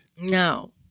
No